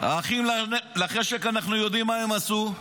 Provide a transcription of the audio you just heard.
האחים לחשק, אנחנו יודעים מה הם עשו.